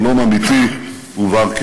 שלום אמיתי ובר-קיימא.